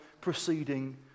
proceeding